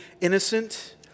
innocent